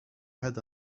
head